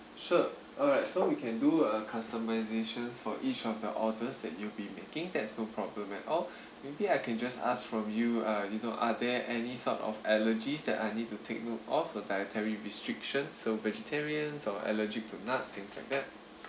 sure alright so we can do a customisation for each of the orders that you'll be making that's no problem at all maybe I can just ask from you uh you know are there any sort of allergies that I need to take note of or dietary restrictions so vegetarians or allergic to nuts things like that